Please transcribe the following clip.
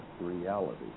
reality